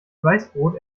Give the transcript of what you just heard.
weißbrot